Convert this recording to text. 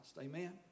Amen